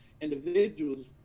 individuals